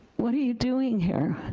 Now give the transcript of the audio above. what are you doing here?